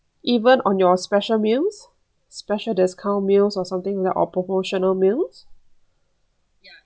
even on your special meals special discount meals or something like that or promotional meals